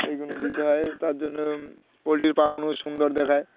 এইগুলো দিতে হয় তার জন্য পোলট্রির পাগুলোও সুন্দর দেখায়